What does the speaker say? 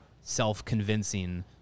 self-convincing